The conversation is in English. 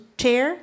chair